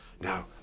Now